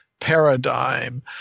paradigm